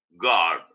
God